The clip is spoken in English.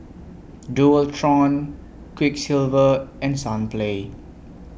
Dualtron Quiksilver and Sunplay